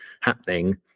happening